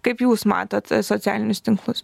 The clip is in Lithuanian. kaip jūs matot socialinius tinklus